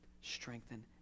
strengthen